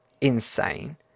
insane